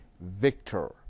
victor